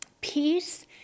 Peace